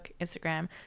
Instagram